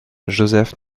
joseph